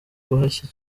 guhashya